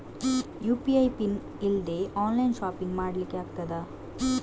UPI PIN ಇಲ್ದೆ online shopping ಮಾಡ್ಲಿಕ್ಕೆ ಆಗ್ತದಾ?